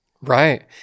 Right